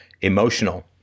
emotional